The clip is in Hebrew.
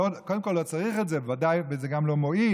קודם כול לא צריך את זה, וזה גם לא מועיל.